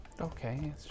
Okay